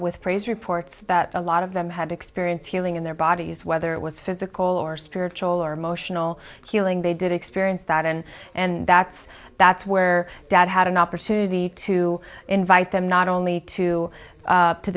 with praise reports about a lot of them had experience healing in their bodies whether it was physical or spiritual or emotional healing they did experience that and and that's that's where dad had an opportunity to invite them not only to